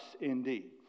indeed